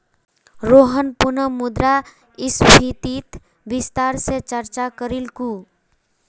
रोहन पुनः मुद्रास्फीतित विस्तार स चर्चा करीलकू